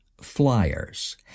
flyers